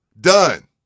done